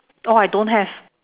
oh I don't have